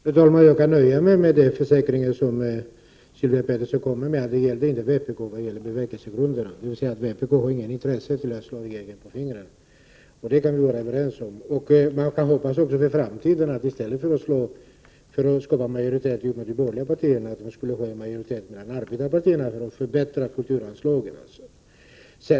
Fru talman! Jag kan nöja mig med Sylvia Petterssons försäkringar att hon inte avsåg vpk när det gällde bevekelsegrunderna, dvs. att vpk inte har något intresse av att slå regeringen på fingrarna. Det kan vi vara överens om. Jag hoppas för framtiden att socialdemokraterna, i stället för att bilda majoritet med de borgerliga partierna, skall skapa en majoritet mellan arbetarpartierna för att förbättra kulturanslagen.